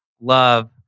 love